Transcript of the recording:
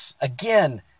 again